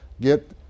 get